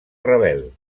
rebel